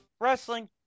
wrestling